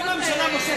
להיות עכשיו חוק,